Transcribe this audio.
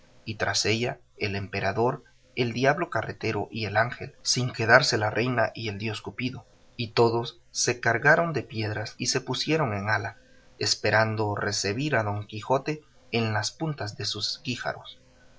y tras ella el emperador el diablo carretero y el ángel sin quedarse la reina ni el dios cupido y todos se cargaron de piedras y se pusieron en ala esperando recebir a don quijote en las puntas de sus guijarros